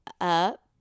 up